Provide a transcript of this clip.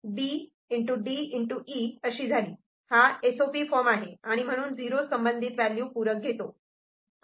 हा S O P form आहे म्हणून झिरो संबंधित व्हॅल्यू पूरक घेतो